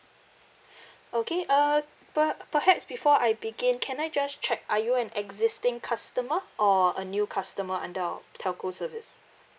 okay uh per~ perhaps before I begin can I just check are you an existing customer or a new customer under our telco service